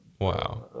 Wow